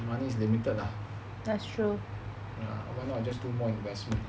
money is limited lah ya why not just do more investment